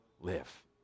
live